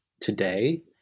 today